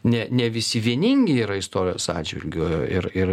ne ne visi vieningi yra istorijos atžvilgiu ir ir